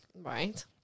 Right